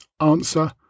Answer